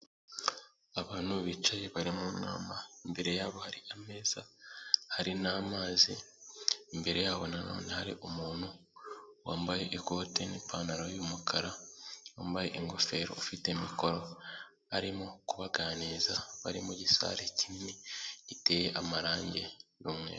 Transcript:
Abantu bicaye bari mu nama, imbere yabo hari ameza hari n'amazi, imbere yabo nanone hari umuntu wambaye ikote n'ipantaro y'umukara, wambaye ingofero ufite mikoro arimo kubaganiriza, bari mu gisare kinini giteye amarangi y'umweru.